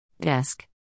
Desk